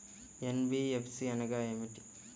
NBFC అనగా ఏమిటీ?